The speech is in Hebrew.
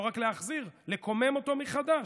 לא רק להחזיר, לקומם אותם מחדש.